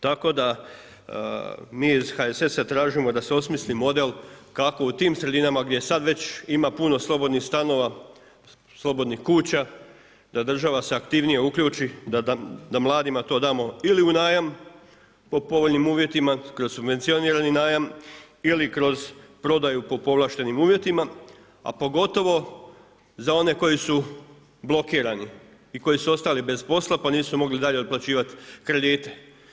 Tako da mi iz HSS-a tražimo da se osmisli model kako u tim sredinama gdje sada već ima puno slobodnih stanova, slobodnih kuća da se država aktivnije uključi da mladima to damo ili u najam po povoljnim uvjetima kroz subvencionirani najam ili kroz prodaju po povlaštenim uvjetima, a pogotovo za one koji su blokirani i koji su ostali bez posla pa nisu mogli dalje otplaćivat kredite.